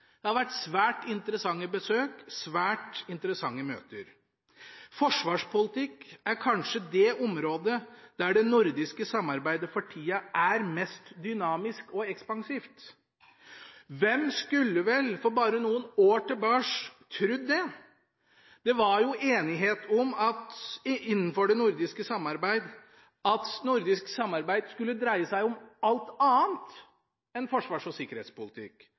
Det har vært svært interessante besøk, svært interessante møter. Forsvarspolitikk er kanskje det området der det nordiske samarbeidet for tida er mest dynamisk og ekspansivt. Hvem skulle vel for bare noen år sia ha trudd det? Innenfor det nordiske samarbeidet var det jo enighet om at nordisk samarbeid skulle dreie seg om alt annet enn forsvars- og sikkerhetspolitikk.